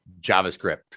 JavaScript